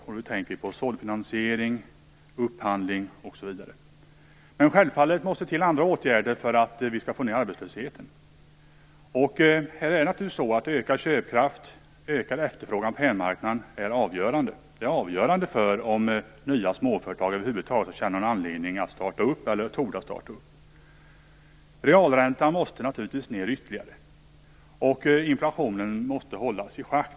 Jag tänker på finansiering, upphandling osv. Men självfallet måste andra åtgärder till för att vi skall få ned arbetslösheten. Ökad köpkraft och ökad efterfrågan på hemmamarknaden är naturligtvis avgörande för om nya småföretag över huvud taget skall någon anledning, eller våga, komma i gång. Realräntan måste naturligtvis ned ytterligare, och inflationen måste hållas i schack.